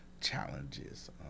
challenges